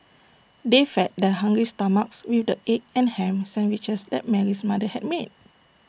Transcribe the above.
they fed their hungry stomachs with the egg and Ham Sandwiches that Mary's mother had made